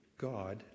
God